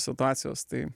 situacijos tai